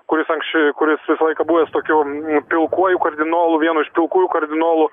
kuris anksčiau kuris visą laiką buvęs tokiu pilkuoju kardinolu vienu iš pilkųjų kardinolų